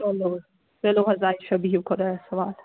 چلو چلو حظ عایشہ بِہِو خۄدایَس حوال